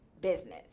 business